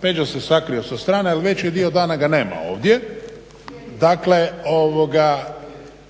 Peđa se sakrio sa strane, ali veći dio dana ga nema ovdje. Dakle,